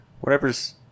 whatever's